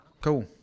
cool